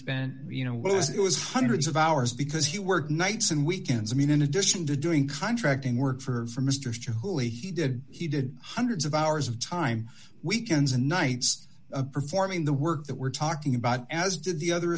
spent you know it was hundreds of hours because he worked nights and weekends i mean in addition to doing contracting work for mr cho hooley he did he did hundreds of hours of time weekends and nights performing the work that we're talking about as did the other